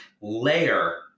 layer